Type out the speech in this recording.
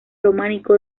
románico